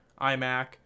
imac